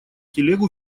телегу